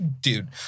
Dude